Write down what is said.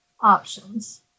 options